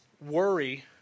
Worry